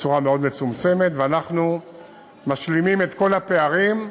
בצורה מאוד מצומצמת, ואנחנו משלימים את כל הפערים.